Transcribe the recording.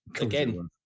again